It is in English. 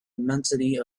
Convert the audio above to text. immensity